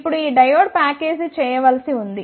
ఇప్పుడు ఈ diode package చేయవలసి ఉంది